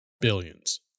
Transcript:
billions